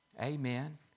Amen